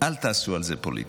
אל תעשו על זה פוליטיקה,